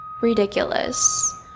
ridiculous